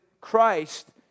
Christ